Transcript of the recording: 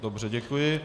Dobře, děkuji.